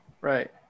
Right